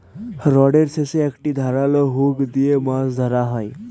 রডের শেষে একটি ধারালো হুক দিয়ে মাছ ধরা হয়